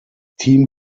team